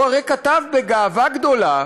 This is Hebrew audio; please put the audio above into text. הוא הרי כתב בגאווה גדולה: